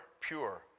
pure